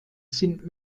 sind